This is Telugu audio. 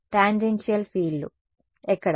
టాంజెన్షియల్ ఫీల్డ్లు ఎక్కడ